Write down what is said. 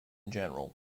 general